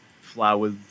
Flowers